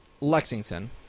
Lexington